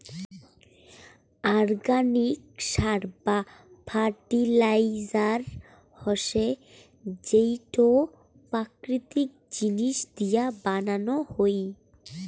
organic সার বা fertiliser হসে যেইটো প্রাকৃতিক জিনিস দিয়া বানানো হই